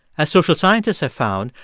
as social scientists have found,